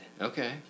Okay